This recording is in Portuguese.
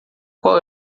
qual